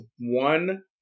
one